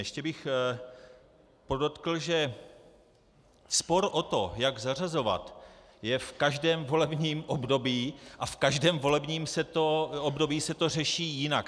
Ještě bych podotkl, že spor o to, jak zařazovat, je v každém volebním období a v každém volebním období se to řeší jinak.